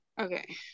okay